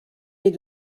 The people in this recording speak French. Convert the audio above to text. est